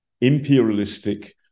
imperialistic